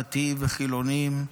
דתיים וחילוניים,